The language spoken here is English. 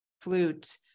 flute